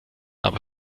aber